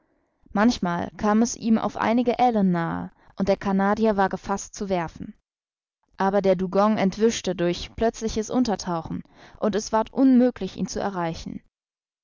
manchmal kam es ihm auf einige ellen nahe und der canadier war gefaßt zu werfen aber der dugong entwischte durch plötzliches untertauchen und es ward unmöglich ihn zu erreichen